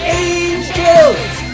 angels